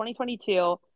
2022